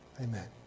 Amen